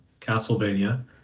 Castlevania